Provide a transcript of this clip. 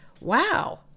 wow